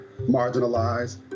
marginalized